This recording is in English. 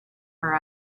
her